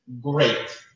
great